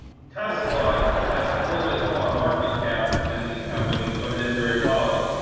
tesla has a little bit smaller market cap than these companies, but it is very volatile.